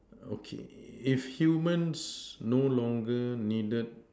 okay if humans no longer needed